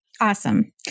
awesome